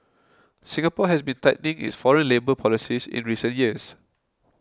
Singapore has been tightening its foreign labour policies in recent years